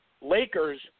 Lakers